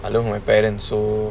I lend from my parents so